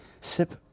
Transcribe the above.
Sip